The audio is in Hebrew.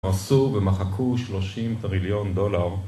עשו ומחקו 30 טריליון דולר